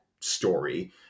story